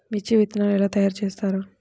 మిర్చి విత్తనాలు ఎలా తయారు చేస్తారు?